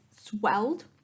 swelled